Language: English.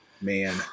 Man